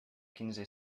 quinze